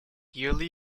yearly